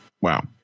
Wow